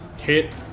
hit